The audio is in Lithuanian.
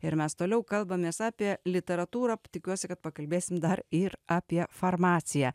ir mes toliau kalbamės apie literatūrą tikiuosi kad pakalbėsim dar ir apie farmaciją